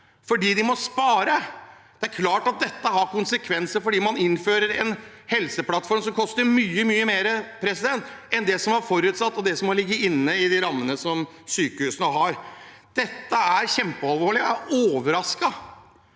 fordi de må spare. Det er klart at dette har konsekvenser, for man innfører en helseplattform som koster mye, mye mer enn det som var forutsatt og har ligget inne i de rammene sykehusene har. Dette er kjempealvorlig. Jeg er overrasket